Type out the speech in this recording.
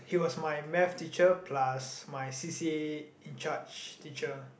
he was my maths teacher plus my c_c_a in charge teacher